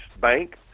Bank